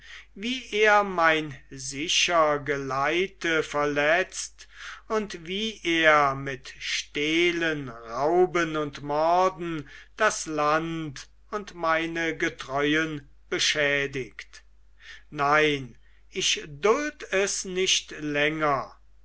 wie er mein sicher geleite verletzt und wie er mit stehlen rauben und morden das land und meine getreuen beschädigt nein ich duld es nicht länger